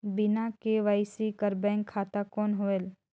बिना के.वाई.सी कर बैंक खाता कौन होएल?